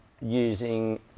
using